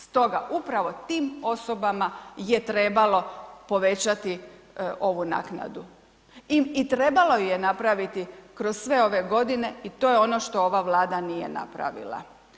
Stoga, upravo tim osobama je trebalo povećati ovu naknadu i trebalo ju je napraviti kroz sve ove godine i to je ono što ova Vlada nije napravila.